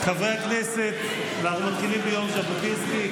חברי הכנסת, אנחנו מתחילים ביום ז'בוטינסקי.